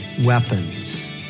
weapons